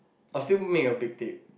I will still make a big tape